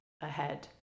ahead